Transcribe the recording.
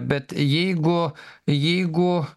bet jeigu jeigu